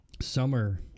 summer